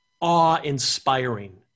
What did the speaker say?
awe-inspiring